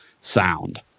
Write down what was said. sound